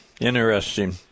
Interesting